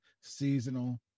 seasonal